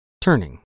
Turning